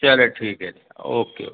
चले ठीक हैं फिर ओके ओके